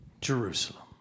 Jerusalem